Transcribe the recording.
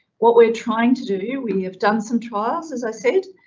what we're trying to do, we have done some trials. as i said,